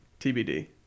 TBD